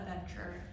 adventure